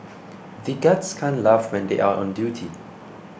the guards can't laugh when they are on duty